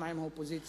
גם עם האופוזיציה,